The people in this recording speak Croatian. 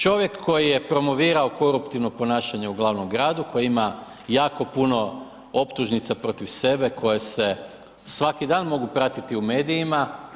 Čovjek koji je promovirao koruptivno ponašanje u glavnom gradu, koji ima jako puno optužnica protiv sebe koje se svaki dan mogu pratiti u medijima.